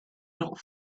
not